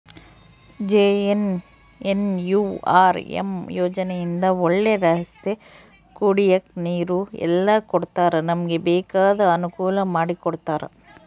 JNNURM ಯೋಜನೆ ಇಂದ ಒಳ್ಳೆ ರಸ್ತೆ ಕುಡಿಯಕ್ ನೀರು ಎಲ್ಲ ಕೊಡ್ತಾರ ನಮ್ಗೆ ಬೇಕಾದ ಅನುಕೂಲ ಮಾಡಿಕೊಡ್ತರ